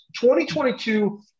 2022